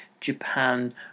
Japan